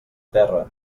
terra